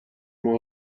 ماه